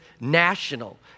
national